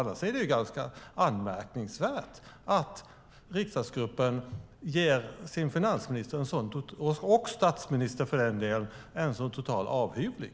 Annars är det ganska anmärkningsvärt att riksdagsgruppen ger sin finansminister och, för den delen, statsministern en total avhyvling.